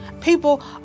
People